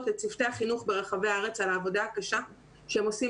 לצוותי החינוך ברחבי הארץ על העבודה הקשה שהם עושים